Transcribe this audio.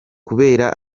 kubera